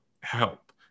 help